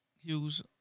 Hughes